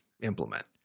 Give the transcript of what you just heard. implement